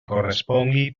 correspongui